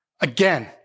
Again